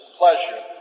pleasure